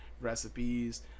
recipes